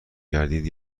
گردید